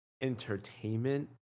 entertainment